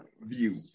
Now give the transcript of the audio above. view